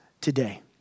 today